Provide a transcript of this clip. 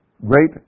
great